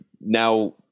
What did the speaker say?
now